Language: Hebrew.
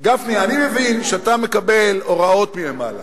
אני מבין שאתה מקבל הוראות מלמעלה.